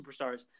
superstars